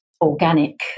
Organic